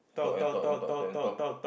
talk and talk and talk talk and talk